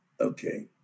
Okay